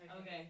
Okay